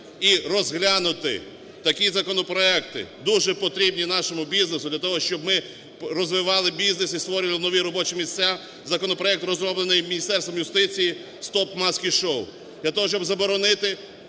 і розглянути такі законопроекти, дуже потрібні нашому бізнесу для того, щоб ми розвивали бізнес і створювали нові робочі місця, законопроект розроблений Міністерством юстиції "Стоп маскі-шоу", для того, щоб заборонити